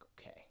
Okay